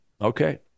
Okay